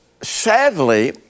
Sadly